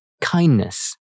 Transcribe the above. kindness